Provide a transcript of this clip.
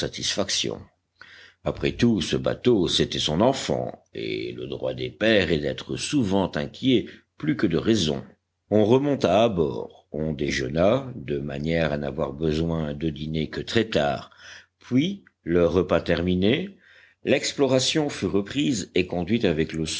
satisfaction après tout ce bateau c'était son enfant et le droit des pères est d'être souvent inquiet plus que de raison on remonta à bord on déjeuna de manière à n'avoir besoin de dîner que très tard puis le repas terminé l'exploration fut reprise et conduite avec le